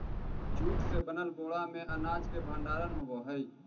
jute से बनल बोरा में अनाज के भण्डारण होवऽ हइ